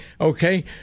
okay